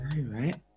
right